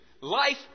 Life